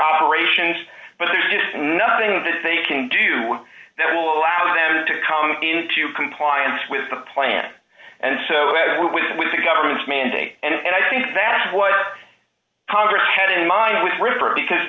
operations but there's just nothing that they can do that will allow them to come into compliance with the plan and so with the government's mandate and i think that what congress had in mind was river because